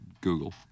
Google